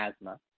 asthma